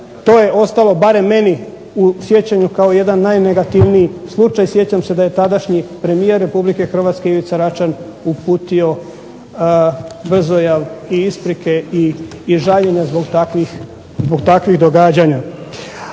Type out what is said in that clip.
to je ostalo barem meni u sjećanju kao jedan najnegativniji slučaj. Sjećam se da je tadašnji premijer Republike Hrvatske Ivica Račan uputio brzojav isprike i žaljenja zbog takvih događanja.